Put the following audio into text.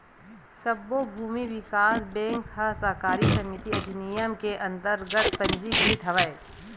सब्बो भूमि बिकास बेंक ह सहकारी समिति अधिनियम के अंतरगत पंजीकृत हवय